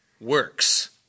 works